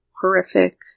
horrific